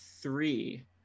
three